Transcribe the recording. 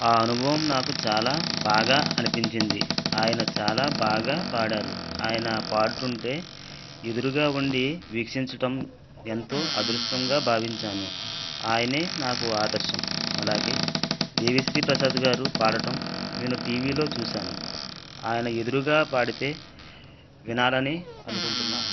ఆ అనుభవం నాకు చాలా బాగా అనిపించింది ఆయన చాలా బాగా పాడారు ఆయన పాడుతుంటే ఎదురుగా ఉండి వీక్షించడం ఎంతో అదృష్టంగా భావించాను ఆయనే నాకు ఆదర్శం అలాగే దేవి శ్రీప్రసాద్గారు పాడటం నేను టీవీలో చూశాను ఆయన ఎదురుగా పాడితే వినాలని అనుకుంటున్నాను